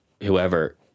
whoever